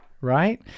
right